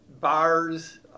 bars